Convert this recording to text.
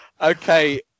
Okay